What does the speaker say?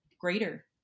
greater